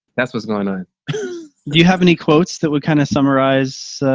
that's what's going ah you have any quotes that would kind of summarize